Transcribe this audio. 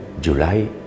July